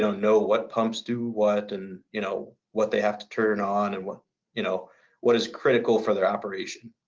know know what pumps do what and you know what they have to turn on and what you know what is critical for their operation.